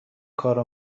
کارو